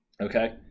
Okay